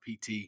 PT